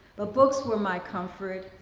but books were my comfort,